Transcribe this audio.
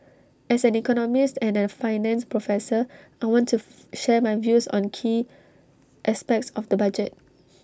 as an economist and A finance professor I want to share my views on key aspects of the budget